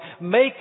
make